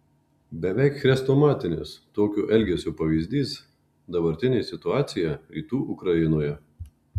beveik chrestomatinis tokio elgesio pavyzdys dabartinė situacija rytų ukrainoje